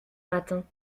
matin